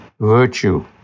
virtue